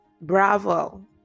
Bravo